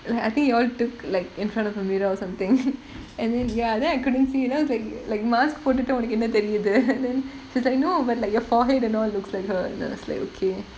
like I think you all took like in front of a mirror or something and then ya then I couldn't see then I was like like mask போட்டுகிட்டா உனக்கு என்ன தெரியுது:pottukittaa unakku enna theriyuthu she's like no but like your forehead and all looks like her then I was like okay